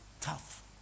tough